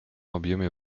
объеме